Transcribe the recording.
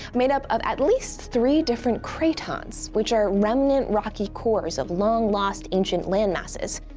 made up of at least three different cratons, which are remnant rocky cores of long-lost ancient landmasses.